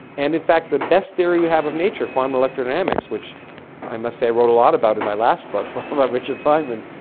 and in fact the best theory we have of nature, quantum electro dynamics, which i must say i wrote a lot about in my last book but about richard feynman,